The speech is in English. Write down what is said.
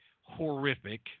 horrific